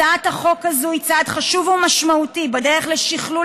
הצעת החוק הזאת היא צעד חשוב ומשמעותי בדרך לשכלול